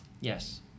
Yes